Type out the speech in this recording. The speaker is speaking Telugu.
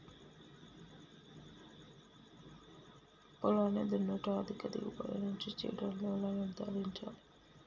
పొలాన్ని దున్నుట అధిక దిగుబడి నుండి చీడలను ఎలా నిర్ధారించాలి?